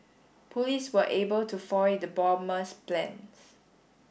police were able to foil the bomber's plans